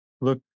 look